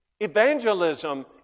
Evangelism